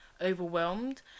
overwhelmed